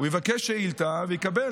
הוא יבקש שאילתה ויקבל,